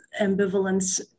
ambivalence